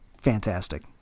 fantastic